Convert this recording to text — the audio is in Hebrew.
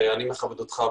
אני מכבד אותך,